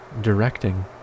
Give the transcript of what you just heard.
directing